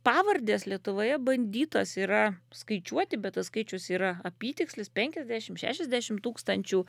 pavardės lietuvoje bandytos yra skaičiuoti bet tas skaičius yra apytikslis penkiasdešim šešiasdešim tūkstančių